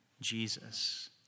Jesus